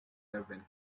irving